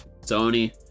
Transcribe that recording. Sony